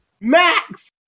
Max